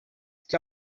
que